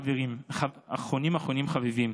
אחרונים אחרונים חביבים,